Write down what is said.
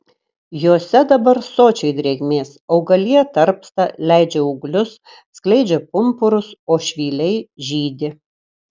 jose dabar sočiai drėgmės augalija tarpsta leidžia ūglius skleidžia pumpurus o švyliai žydi